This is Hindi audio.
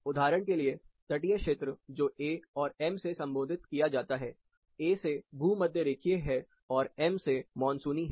उदाहरण के लिए तटीय क्षेत्र जो A और M से संबोधित किया जाता है A से भूमध्यरेखीय है और M से मानसूनी है